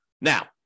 Now